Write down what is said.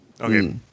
okay